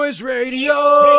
Radio